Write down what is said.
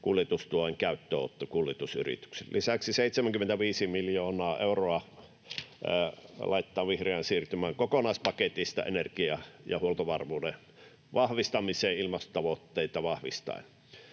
kuljetustuen käyttöönotto kuljetusyrityksillä. Lisäksi 75 miljoonaa euroa laitetaan vihreän siirtymän kokonaispaketista energia- ja huoltovarmuuden vahvistamiseen ilmastotavoitteita vahvistaen.